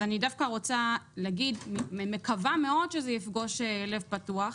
אבל אני דווקא רוצה להגיד אני מקווה מאוד שזה יפגוש לב פתוח,